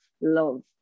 love